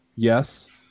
Yes